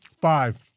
Five